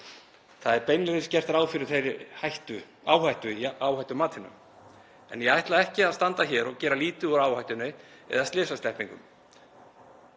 Það er beinlínis gert ráð fyrir þeirri áhættu í áhættumatinu. Ég ætla ekki að standa hér og gera lítið úr áhættunni eða slysasleppingum